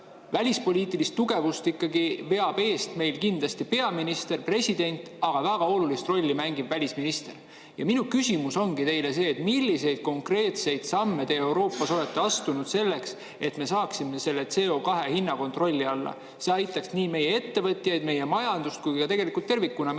Välispoliitilist tugevust ikkagi veavad meil kindlasti peaminister ja president, aga väga olulist rolli mängib ka välisminister. Ja minu küsimus teile ongi see: milliseid konkreetseid samme te Euroopas olete astunud selleks, et me saaksime CO2hinna kontrolli alla? See aitaks nii meie ettevõtjaid, meie majandust kui ka tegelikult tervikuna meie